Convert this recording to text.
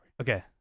Okay